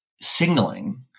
signaling